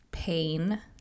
pain